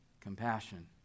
compassion